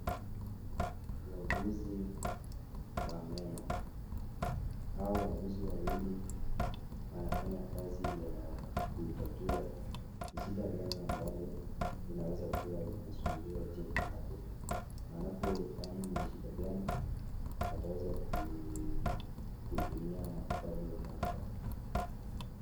Wauguzi wa meno. Hawa wauguzi wawili wanafanya kazi ya kutatua ni shida gani ambalo linaweza kuwa linasumbua jino lako. Wanapofahamu ni shida gani wataweza kutumia matibabu yanayofaa.